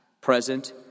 present